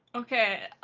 okay